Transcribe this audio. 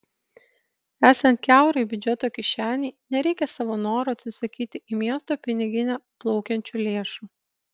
esant kiaurai biudžeto kišenei nereikia savo noru atsisakyti į miesto piniginę plaukiančių lėšų